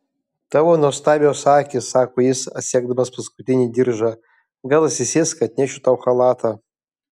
tavo nuostabios akys sako jis atsegdamas paskutinį diržą gal atsisėsk atnešiu tau chalatą